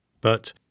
But